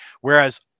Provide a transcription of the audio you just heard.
Whereas